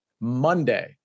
Monday